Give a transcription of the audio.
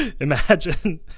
imagine